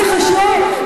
זה חשוב,